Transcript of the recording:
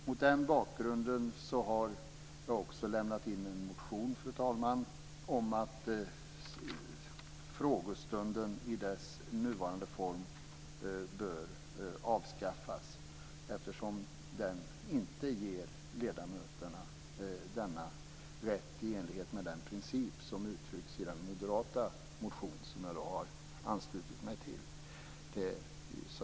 Mot den bakgrunden har jag lämnat in en motion, fru talman, om att frågestunden i dess nuvarande form bör avskaffas eftersom den inte ger ledamöterna denna rätt i enlighet med principen i den moderata motion som jag har anslutit mig till.